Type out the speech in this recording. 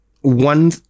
one